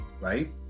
right